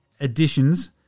additions